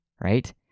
right